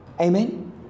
Amen